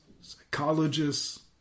psychologists